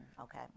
Okay